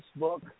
Facebook